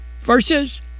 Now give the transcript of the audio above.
verses